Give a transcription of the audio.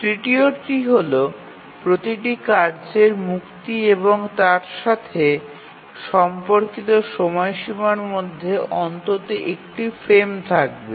তৃতীয়টি হল প্রতিটি কার্যের মুক্তি এবং এর সাথে সম্পর্কিত সময়সীমার মধ্যে অন্তত একটি ফ্রেম থাকবে